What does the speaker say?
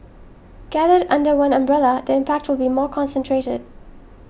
gathered under one umbrella the impact will be more concentrated